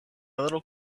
little